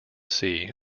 sea